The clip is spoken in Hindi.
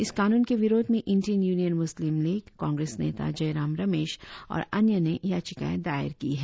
इस कानून के विरोध में Indian Union Muslim League Congress नेता जयराम रमेश और अन्य ने याचिकाएं दायर की है